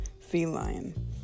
feline